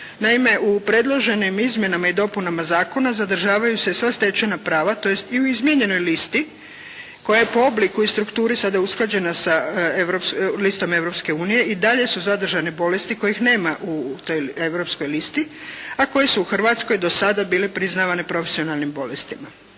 Naime, u predloženim izmjenama i dopunama Zakona zadržavaju se sva stečena prava, tj. i u izmijenjenoj listi, koja je i po obliku i strukturi usklađena sa listom Europske unije, i dalje su zadržane bolesti kojih nema u toj Europskoj listi, a koje su u Hrvatskoj do sada bile priznavane profesionalnim bolestima.